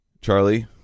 Charlie